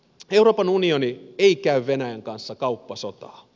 euroopan unioni ei käy venäjän kanssa kauppasotaa